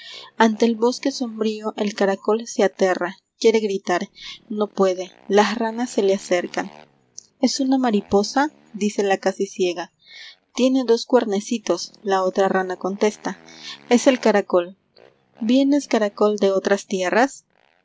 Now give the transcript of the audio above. ante el bosque sombrío el caracol se aterra quiere gritar no puede las ranas se le acercan es una mariposa dice la casi ciega tiene dos cuernecitos la otra rana contesta es el caracol vienes caracol de otras tierras